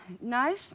Nice